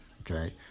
okay